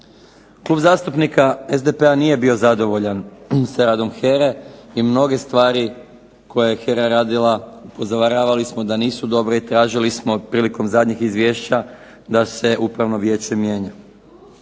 Klub zastupnika SDP-a nije bio zadovoljan s radom HERA-e i mnoge stvari koje je HERA radila upozoravali smo da nisu dobre i tražili smo prilikom zadnjih izvješća da se upravno vijeće mijenja.